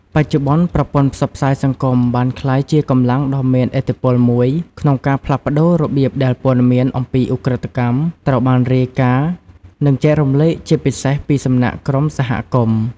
បច្ចុប្បន្ន ប្រព័ន្ធផ្សព្វផ្សាយសង្គម បានក្លាយជា កម្លាំងដ៏មានឥទ្ធិពល មួយក្នុងការផ្លាស់ប្តូររបៀបដែលព័ត៌មាន អំពីឧក្រិដ្ឋកម្ម ត្រូវបានរាយការណ៍ និងចែករំលែក ជាពិសេសពីសំណាក់ក្រុមសហគមន៍។